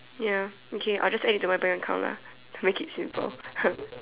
ya okay I'll just add you into my bank account lah to make it simple